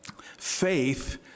Faith